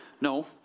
No